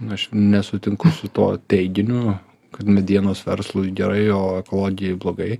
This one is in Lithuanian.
aš nesutinku su tuo teiginiu kad medienos verslui gerai o ekologijai blogai